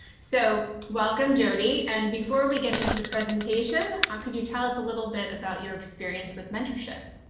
so welcome, jodi. and before we get into the presentation ah can you tell us a little bit about your experience with mentorship?